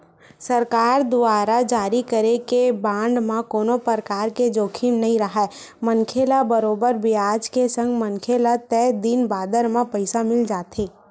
सरकार दुवार जारी करे गे बांड म कोनो परकार के जोखिम नइ राहय मनखे ल बरोबर बियाज के संग मनखे ल तय दिन बादर म पइसा मिल जाथे